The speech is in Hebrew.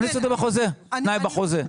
תכניסו את זה בחוזה, תנאי בחוזה.